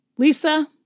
Lisa